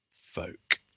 folk